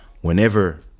whenever